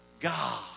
God